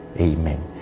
Amen